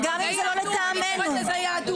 אה, איזה יופי.